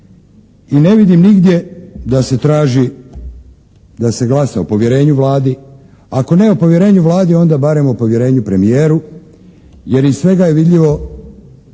i ne vidim nigdje da se traži, da se glasa o povjerenju Vladi, ako ne o povjerenju Vladi onda barem o povjerenju premijeru, jer iz svega je vidljivo